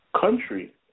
country